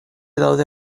daude